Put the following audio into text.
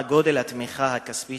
מה גודל התמיכה הכספית